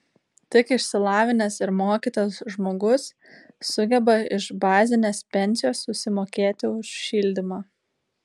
tik išsilavinęs ir mokytas žmogus sugeba iš bazinės pensijos susimokėti už šildymą